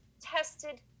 tested